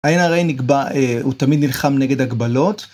אין הרי הוא תמיד נלחם נגד הגבלות.